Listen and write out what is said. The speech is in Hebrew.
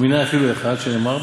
ומנין אפילו אחד, שנאמר